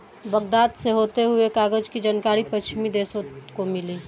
Baghdad से होते हुए कागज की जानकारी पश्चिमी देशों को मिली